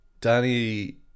Danny